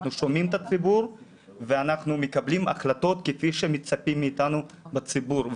אנחנו שומעים את הציבור ואנחנו מקבלים החלטות כפי שמצפים מאיתנו בציבור.